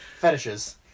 fetishes